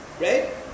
right